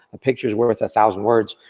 a picture's worth ah thousand words,